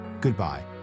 Goodbye